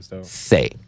Say